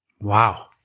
Wow